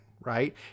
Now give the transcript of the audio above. right